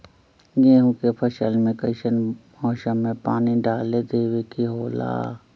गेहूं के फसल में कइसन मौसम में पानी डालें देबे के होला?